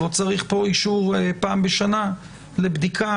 לא צריך פה אישור פעם בשנה לבדיקה?